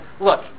look